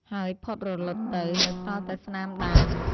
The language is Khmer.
ហើយផុតរលត់ទៅ នៅសល់តែស្នាមដាន។